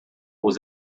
aux